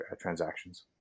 transactions